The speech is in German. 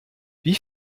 wie